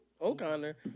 O'Connor